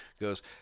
goes